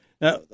Now